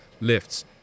lifts